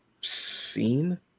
seen